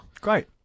Great